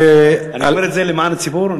אני אומר את זה למען הציבור.